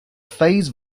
phase